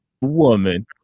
woman